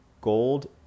gold